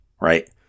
right